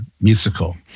musical